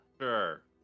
Sure